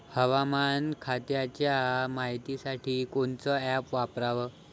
हवामान खात्याच्या मायतीसाठी कोनचं ॲप वापराव?